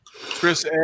Chris